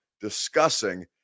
discussing